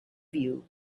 view